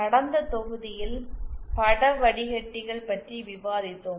கடந்த தொகுதியில் பட வடிகட்டிகள் பற்றி விவாதித்தோம்